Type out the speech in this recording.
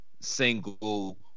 single